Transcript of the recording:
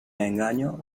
engaño